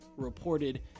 Reported